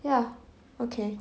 ya okay